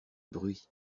bruit